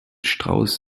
strauß